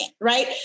right